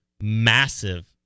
massive